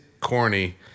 corny